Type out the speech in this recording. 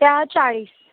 त्या चाळीस